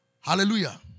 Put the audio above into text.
Hallelujah